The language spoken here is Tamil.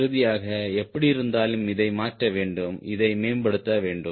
இறுதியாக எப்படியிருந்தாலும் இதை மாற்ற வேண்டும் இதை மேம்படுத்த வேண்டும்